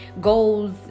goals